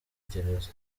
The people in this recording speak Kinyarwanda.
gereza